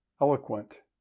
eloquent